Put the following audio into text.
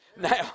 Now